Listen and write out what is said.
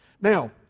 Now